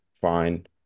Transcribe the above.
fine